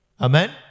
Amen